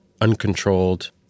Uncontrolled